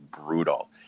brutal